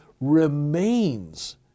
remains